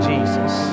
Jesus